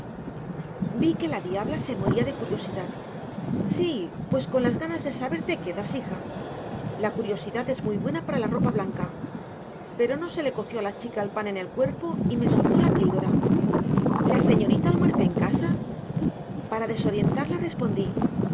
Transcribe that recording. vi que la diabla se moría de curiosidad sí pues con las ganas de saber te quedas hija la curiosidad es muy buena para la ropa blanca pero no se le coció a la chica el pan en el cuerpo y me soltó la píldora la señorita almuerza en casa para desorientarla respondí